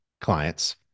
clients